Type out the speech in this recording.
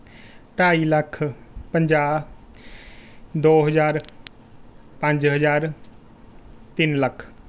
ਢਾਈ ਲੱਖ ਪੰਜਾਹ ਦੋ ਹਜ਼ਾਰ ਪੰਜ ਹਜ਼ਾਰ ਤਿੰਨ ਲੱਖ